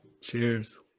Cheers